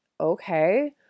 okay